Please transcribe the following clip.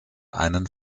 einen